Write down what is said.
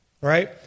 right